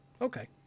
Okay